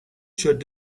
should